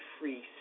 free